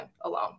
alone